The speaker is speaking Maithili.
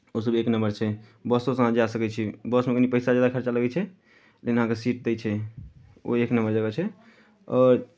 ओसभ एक नंबर छै बसोसँ अहाँ जा सकै छी बसमे कनि पैसा जादा खर्चा लगै छै लेकिन अहाँकेँ सीट दै छै ओ एक नंबर जगह छै और